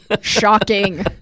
Shocking